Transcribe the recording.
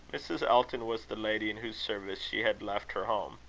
mrs. elton was the lady in whose service she had left her home.